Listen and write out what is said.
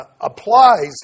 applies